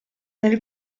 nel